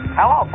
Hello